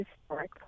historic